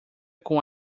com